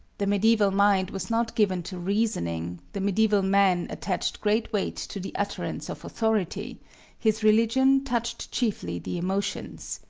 the medieval mind was not given to reasoning the medieval man attached great weight to the utterance of authority his religion touched chiefly the emotions.